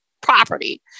property